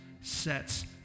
sets